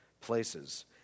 places